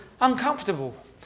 uncomfortable